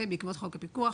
בעקבות חוק הפיקוח,